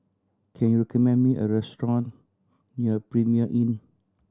can you recommend me a restaurant near Premier Inn